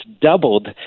doubled